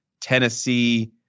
Tennessee